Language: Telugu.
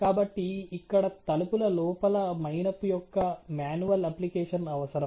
కాబట్టి ఇక్కడ తలుపుల లోపల మైనపు యొక్క మాన్యువల్ అప్లికేషన్ అవసరం